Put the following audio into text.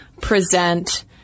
present